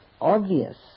obvious